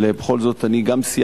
אבל בכל זאת אני סיימתי,